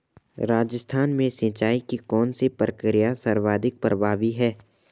राजस्थान में सिंचाई की कौनसी प्रक्रिया सर्वाधिक प्रभावी है?